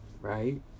right